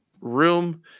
room